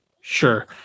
sure